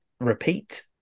repeat